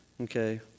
Okay